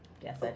Yes